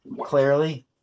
clearly